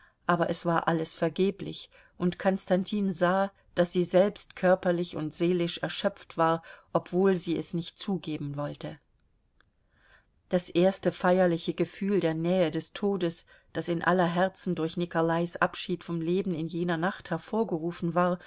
aber es war alles vergeblich und konstantin sah daß sie selbst körperlich und seelisch erschöpft war obwohl sie es nicht zugeben wollte das erste feierliche gefühl der nähe des todes das in aller herzen durch nikolais abschied vom leben in jener nacht hervorgerufen war